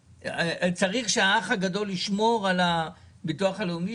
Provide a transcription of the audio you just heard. צריך שהאח הגדול ישמור על הביטוח הלאומי